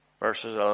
Verses